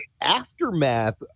aftermath